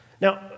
Now